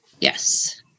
Yes